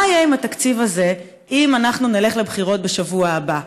מה יהיה עם התקציב הזה אם אנחנו נלך לבחירות בשבוע הבא?